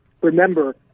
Remember